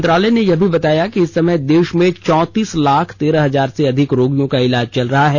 मंत्रालय ने यह भी बताया कि इस समय देश में चौंतीस लाख तेरह हजार से अधिक रोगियों का इलाज चल रहा है